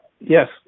Yes